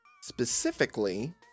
Specifically